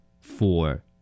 four